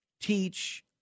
teach